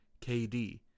KD